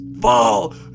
Fall